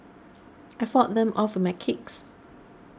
I fought them off my kicks